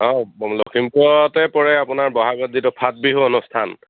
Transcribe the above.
অঁ লখিমপুৰতে পৰে আপোনাৰ ব'হাগত যিটো ফাট বিহু অনুষ্ঠান